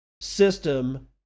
system